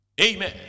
Amen